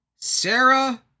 Sarah